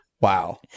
wow